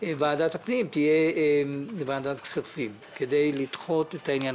ועדת הפנים תהיה ועדת כספים כדי לדחות את העניין.